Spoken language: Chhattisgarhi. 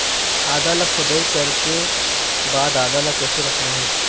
आदा ला खोदाई करे के बाद आदा ला कैसे रखना हे?